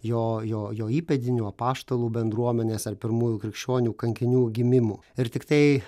jo jo jo įpėdinių apaštalų bendruomenės ar pirmųjų krikščionių kankinių gimimų ir tiktai